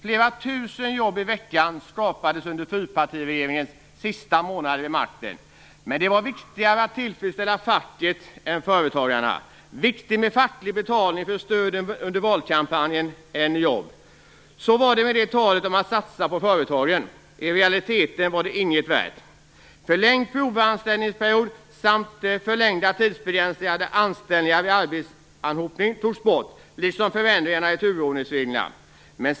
Flera tusen jobb i veckan skapades under fyrpartiregeringens sista månader vid makten. Men det var viktigare att tillfredsställa facket än företagarna. Det var viktigt med facklig betalning för stöd under valkampanjen än med jobb. Så var det med talet om att satsa på företagen. I realiteten var det inget värt. Förlängd provanställningsperiod samt förlängda tidsbegränsade anställningar vid arbetsanhopning togs bort liksom förändringarna i turordningsreglerna.